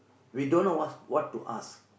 we don't know what what to ask